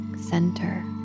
center